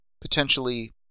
potentially